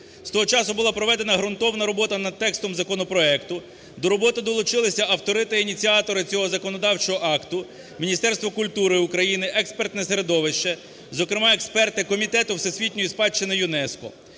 З того часу була проведена ґрунтовна робота над текстом законопроекту. До роботи долучилися автори та ініціатори цього законодавчого акту, Міністерство культури України, експертне середовище, зокрема, експерти Комітету всесвітньої спадщини ЮНЕСКО.